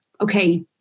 okay